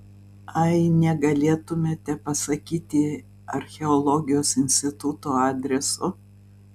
ai negalėtumėte pasakyti archeologijos instituto adreso